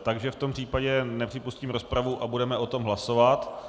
Takže v tom případě nepřipustím rozpravu a budeme o tom hlasovat.